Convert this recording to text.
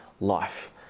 life